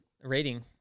rating